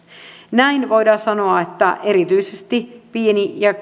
näin voidaan sanoa että erityisesti pieni ja